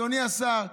אדוני השר,